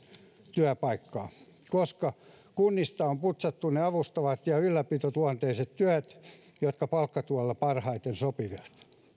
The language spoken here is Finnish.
työpaikkaa koska kunnista on putsattu ne avustavat ja ylläpitoluonteiset työt jotka palkkatuelle parhaiten sopivat